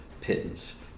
pittance